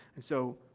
and so,